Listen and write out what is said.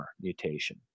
mutation